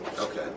Okay